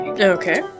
Okay